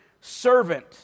servant